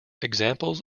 examples